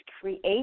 Create